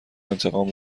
انتقام